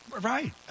Right